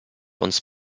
uns